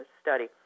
study